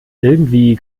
irgendwie